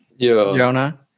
Jonah